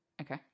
okay